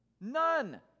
None